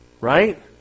Right